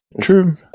true